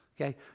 okay